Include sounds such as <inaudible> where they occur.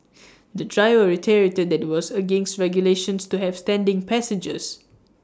<noise> the driver reiterated that IT was against regulations to have standing passengers